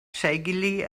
shakily